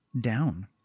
down